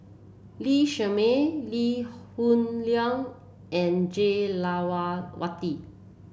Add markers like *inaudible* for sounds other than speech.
Lee Shermay Lee Hoon Leong and Jah *unintelligible*